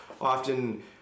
often